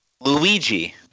Luigi